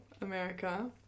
america